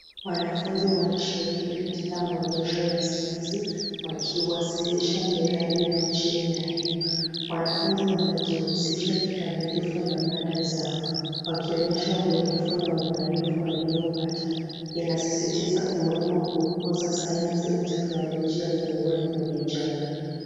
Wanafunzi wakishiriki katika maonyesho ya sayansi wakiwasilisha miradi yao chini ya hema, wanafunzi wanajihusisha kikamilifu na mada zao wakionyesha ubunifu na umaarifu waliopata inasisitiza umuhimu wa kukuza sayansi na teknolojia miongoni mwa vijana.